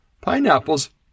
pineapples